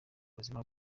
buzima